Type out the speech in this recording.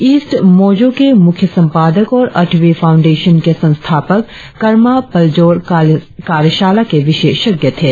east Mojo के मुख्य संपादक और अटवी फाऊन्डेशन के संस्थापक करमा पलजोर कार्याशाला के विशेषज्ञ थे